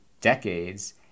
decades